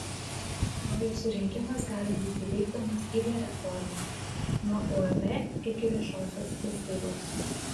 kraujo surinkimas gali būti vykdomas įvairia forma nuo uab iki viešosios įstaigos